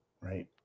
Right